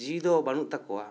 ᱡᱤᱣᱤ ᱫᱚ ᱵᱟᱹᱱᱩᱜ ᱛᱟᱠᱚᱣᱟ ᱮᱱᱠᱷᱟᱱ